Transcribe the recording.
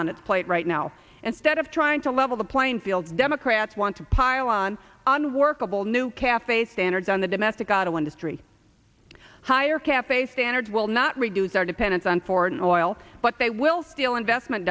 its plate right now instead of trying to level the playing field democrats want to pile on unworkable new cafe standards on the domestic auto industry higher cafe standards will not reduce our dependence on foreign oil but they will steal investment